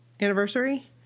anniversary